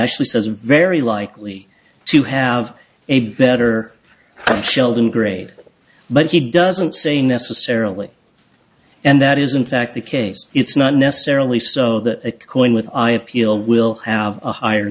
actually says very likely to have a better children grade but he doesn't say necessarily and that is in fact the case it's not necessarily so that a coin with i appeal will have a higher